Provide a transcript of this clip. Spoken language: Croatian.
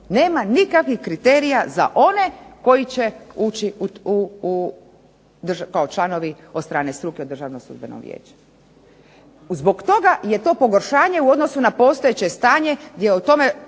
Nema nikakvih kriterija za one koji će ući kao članovi od strane struke u Državno sudbeno vijeće. Zbog toga je to pogoršanje u odnosu na postojeće stanje gdje je o tome